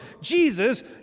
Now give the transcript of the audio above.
Jesus